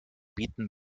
bieten